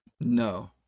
No